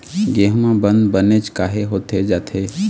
गेहूं म बंद बनेच काहे होथे जाथे?